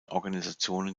organisationen